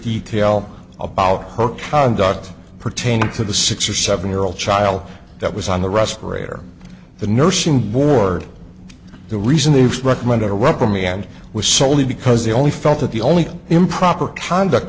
detail about her conduct pertaining to the six or seven year old child that was on the respirator the nursing board the reason they've recommended a reprimand was soley because they only felt that the only improper conduct